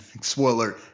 Spoiler